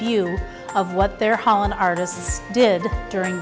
view of what their hall and artists did during